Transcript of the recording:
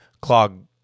Clog